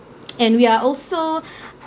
and we are also